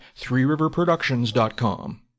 threeriverproductions.com